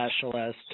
specialist